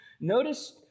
Notice